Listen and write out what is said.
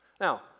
Now